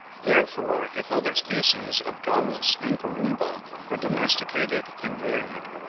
therefore if other species of gallus and columba were domesticated and varied,